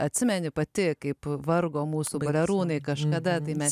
atsimeni pati kaip vargo mūsų balerūnai kažkada tai mes